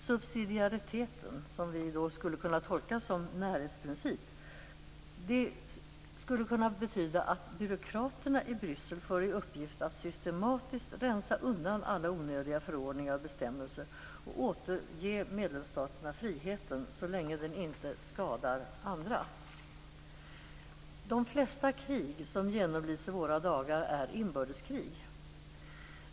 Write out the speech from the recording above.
Subsidiariteten som vi skulle kunna tolka som närhetsprincipen skulle kunna betyda att byråkraterna i Bryssel får i uppgift att systematiskt rensa undan alla onödiga förordningar och bestämmelser och återge medlemsstaterna friheten så länge den inte skadar andra. De flesta krig som genomlids i våra dagar är inbördeskrig.